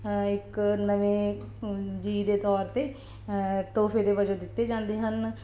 ਇੱਕ ਨਵੇਂ ਜੀਅ ਦੇ ਤੌਰ 'ਤੇ ਤੋਹਫ਼ੇ ਦੇ ਵਜੋਂ ਦਿੱਤੇ ਜਾਂਦੇ ਹਨ